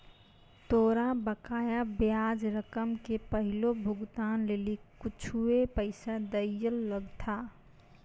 तोरा बकाया ब्याज रकम के पहिलो भुगतान लेली कुछुए पैसा दैयल लगथा